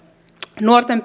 nuorten